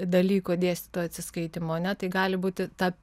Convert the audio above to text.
dalyko dėstytojo atsiskaitymo ar ne tai gali būti ta